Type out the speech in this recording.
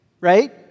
right